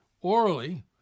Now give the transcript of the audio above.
Orally